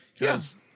Yes